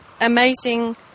amazing